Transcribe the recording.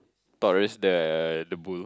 Taurus the the bull